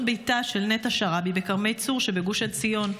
ביתה של נטע שרעבי בכרמי צור שבגוש עציון.